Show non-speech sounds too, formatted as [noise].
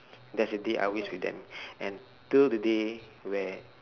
that's the day I always with them [breath] and till the day where